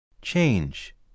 Change